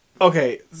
Okay